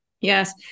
Yes